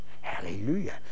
Hallelujah